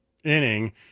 inning